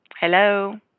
Hello